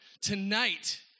Tonight